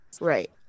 right